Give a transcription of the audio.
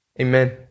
Amen